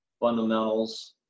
fundamentals